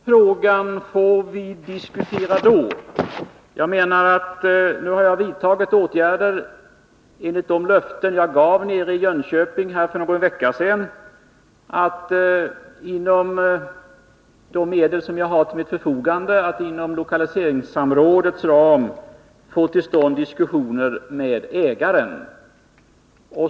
Herr talman! Den frågan får vi diskutera då. Jag menar att jag nu vidtagit åtgärder i överensstämmelse med de löften som jag gav nere i Jönköping för någon vecka sedan, dvs. att inom lokaliseringssamrådets ram med de medel som står till förfogande få till stånd diskussioner med ägaren.